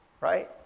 Right